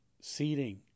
seeding